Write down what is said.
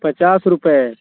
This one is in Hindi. पचास रुपये